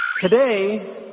Today